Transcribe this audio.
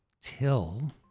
Till